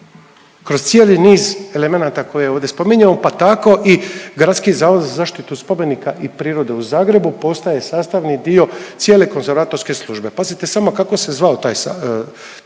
Kroz cijeli niz elemenata koje ovdje spominjemo pa tako i Gradski zavod za zaštitu spomenika i prirode u Zagrebu postaje sastavni dio cijele konzervatorske službe. Pazite samo kako se zvao taj,